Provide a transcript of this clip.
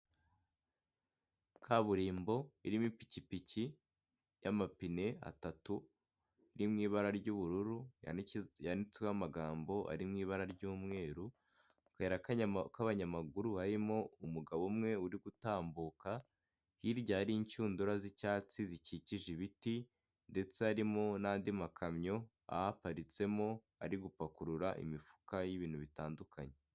kaburimbo irimo ipikipiki y'amapine atatu iri mu ibara ry'ubururu yanditseho amagambo ari mu ibara ry'umweru, akayira k'abanyamaguru harimo umugabo umwe uri gutambuka hirya hari inshundura z'icyatsi zikikije ibiti ndetse harimo n'andi makamyo ahaparitsemo ari gupakurura imifuka y'ibintu bitandukanye.